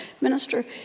Minister